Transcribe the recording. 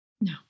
no